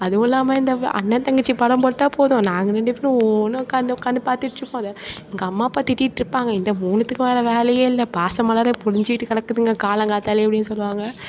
அதுவுலாமல் இந்த அண்ணன் தங்கச்சி படம் போட்டால் போதும் நாங்கள் ரெண்டு பேரும் ஓனு உக்காந்து உக்காந்து பார்த்துட்டு இருப்போம் அதை எங்கள் அம்மா அப்பா திட்டிட்டிருப்பாங்க இந்த மூணுத்துக்கும் வேறே வேலையே இல்லை பாச மலரை பொழிஞ்சிகிட்டு கிடக்குதுங்க காலங்கார்த்தாலயே அப்படினு சொல்லுவாங்க